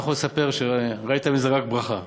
אתה יכול לספר שראית בזה רק ברכה.